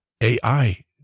AI